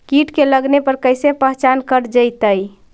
कीट के लगने पर कैसे पहचान कर जयतय?